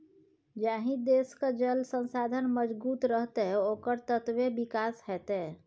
जाहि देशक जल संसाधन मजगूत रहतै ओकर ततबे विकास हेतै